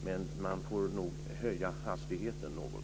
Men man får nog höja hastigheten något.